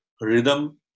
rhythm